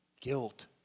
guilt